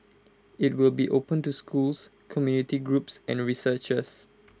IT will be open to schools community groups and researchers